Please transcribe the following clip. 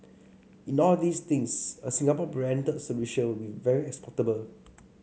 in all these things a Singapore branded solution will be very exportable